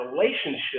relationship